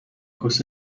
کوس